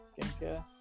skincare